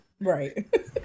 Right